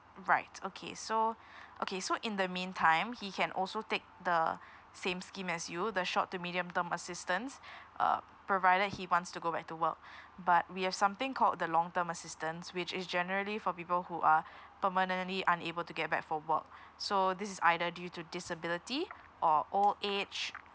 right okay so okay so in the meantime he can also take the same scheme as you the short to medium term assistance uh provided he wants to go back to work but we have something called the long term assistance which is generally for people who are permanently unable to get back for work so this is either due to disability or old age